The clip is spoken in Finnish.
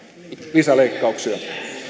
lisäleikkauksia